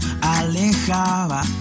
alejaba